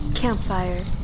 Campfire